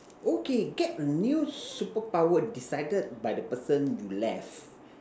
okay get a new super power decided by the person you left